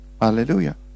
Hallelujah